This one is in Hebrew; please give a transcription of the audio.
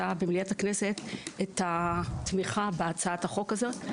במליאת הכנסת את התמיכה בהצעת החוק הזאת.